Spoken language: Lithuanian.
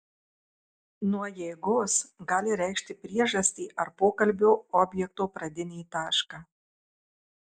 nuo jėgos gali reikšti priežastį ar pokalbio objekto pradinį tašką